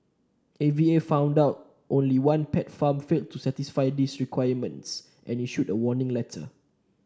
A V A found that only one pet farm failed to satisfy these requirements and issued a warning letter